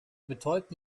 betäubt